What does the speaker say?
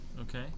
Okay